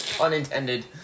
Unintended